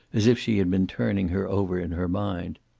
as if she had been turning her over in her mind.